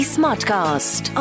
Smartcast